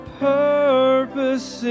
purpose